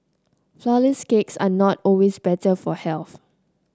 flourless cakes are not always better for health